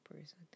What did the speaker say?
person